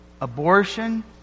abortion